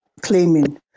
claiming